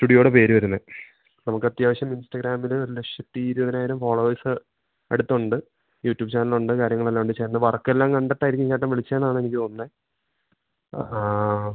സ്റ്റുഡിയോടെ പേര് വര്ന്നെ നമക്കത്യാവശ്യം ഇൻസ്റ്റഗ്രാമില് ഒരു ലക്ഷത്തി ഇര്വനായിരം ഫോളോവേഴ്സ് അട്ത്തുണ്ട് യൂട്യൂബ് ചാനലുണ്ട് കാര്യങ്ങളെല്ലാ ഉണ്ട് ചേട്ടൻ്റെ വറ്ക്കെല്ലാം കണ്ടിട്ടായിരിക്കു ഇങ്ങേറ്റം വിളിച്ചേന്നാണെനിക്ക് തോന്ന്ന്നെ അതാ